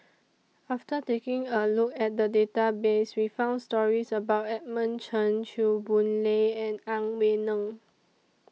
after taking A Look At The Database We found stories about Edmund Chen Chew Boon Lay and Ang Wei Neng